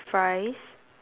fries